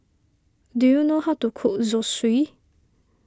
do you know how to cook Zosui